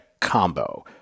combo